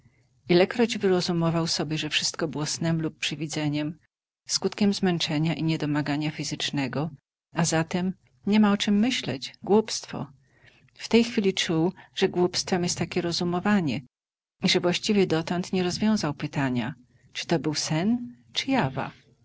ilekroć wyrozumował sobie że wszystko było snem lub przywidzeniem skutkiem zmęczenia i niedomagania fizycznego a zatem niema o czem myśleć głupstwo w tej chwili czuł że głupstwem jest takie rozumowanie i że właściwie dotąd nie rozwiązał pytania czy